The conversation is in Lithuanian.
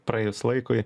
praėjus laikui